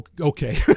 okay